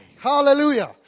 Hallelujah